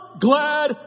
glad